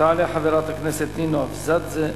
תעלה חברת הכנסת נינו אבסדזה,